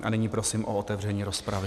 A nyní prosím o otevření rozpravy.